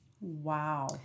Wow